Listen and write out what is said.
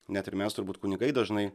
net ir mes turbūt kunigai dažnai